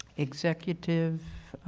executive